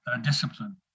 discipline